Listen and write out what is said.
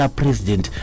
president